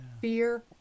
Fear